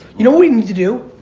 you know what we need to do?